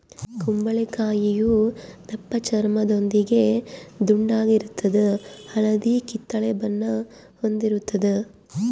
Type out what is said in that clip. ಕುಂಬಳಕಾಯಿಯು ದಪ್ಪಚರ್ಮದೊಂದಿಗೆ ದುಂಡಾಗಿರ್ತದ ಹಳದಿ ಕಿತ್ತಳೆ ಬಣ್ಣ ಹೊಂದಿರುತದ